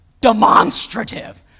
Demonstrative